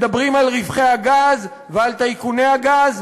מדברים על רווחי הגז ועל טייקוני הגז.